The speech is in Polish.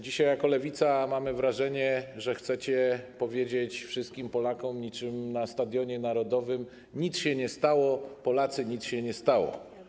Dzisiaj jako Lewica mamy wrażenie, że chcecie powiedzieć wszystkim Polakom niczym na Stadionie Narodowym: nic się nie stało, Polacy, nic się nie stało.